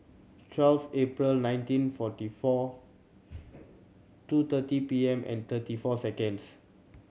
twelve April nineteen forty four two thirty P M and thirty four seconds